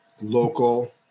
local